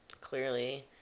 Clearly